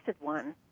one